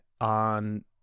on